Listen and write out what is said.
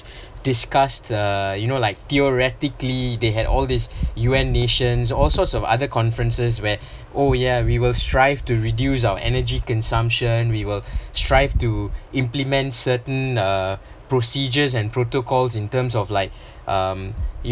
discussed the you know like theoretically they had all this U_N nations also have other conferences where oh ya we will try to reduce our energy consumption we will try to implement certain uh procedure and protocol in term of like uh